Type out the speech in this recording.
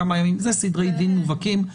כמה ימים זה סדרי דין מובהקים,